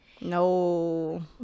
No